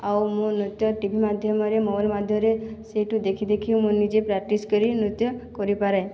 ଆଉ ମୁଁ ନୃତ୍ୟ ଟିଭି ମାଧ୍ୟମରେ ମୋଲ ମାଧ୍ୟରେ ସେଇଠୁ ଦେଖି ଦେଖି ମୁଁ ନିଜେ ପ୍ରାକ୍ଟିସ କରି ନୃତ୍ୟ କରିପାରେ